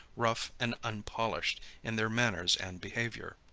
rough and unpolished in their manners and behavior.